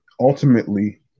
ultimately